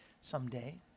someday